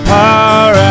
power